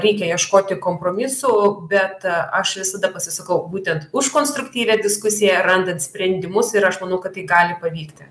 reikia ieškoti kompromisų bet aš visada pasisakau būtent už konstruktyvią diskusiją randant sprendimus ir aš manau kad tai gali pavykti